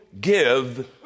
give